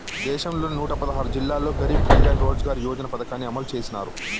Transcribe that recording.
దేశంలోని నూట పదహారు జిల్లాల్లో గరీబ్ కళ్యాణ్ రోజ్గార్ యోజన పథకాన్ని అమలు చేసినారు